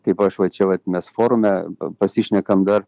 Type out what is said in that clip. kaip aš va čia vat mes forume pasišnekam dar